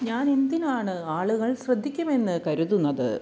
ഞാൻ എന്തിനാണ് ആളുകൾ ശ്രദ്ധിക്കുമെന്ന് കരുതുന്നത്